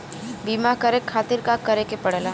बीमा करे खातिर का करे के पड़ेला?